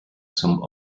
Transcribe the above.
zum